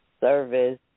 service